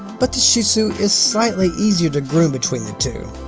but the shih tzu is slightly easier to groom between the two.